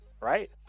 Right